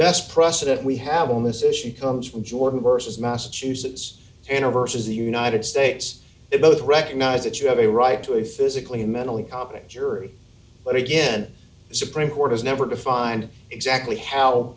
best precedent we have on this issue comes from jordan versus massachusetts an aversive the united states they both recognize that you have a right to a physically mentally competent jury but again the supreme court has never defined exactly how